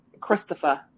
Christopher